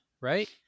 right